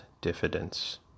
diffidence